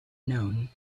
known